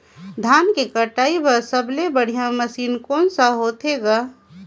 धान के कटाई बर सबले बढ़िया मशीन कोन सा होथे ग?